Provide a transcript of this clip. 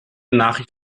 nachricht